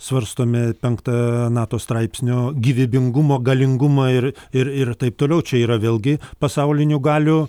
svarstome penktą nato straipsnio gyvybingumo galingumą ir ir ir taip toliau čia yra vėlgi pasaulinių galių